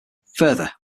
further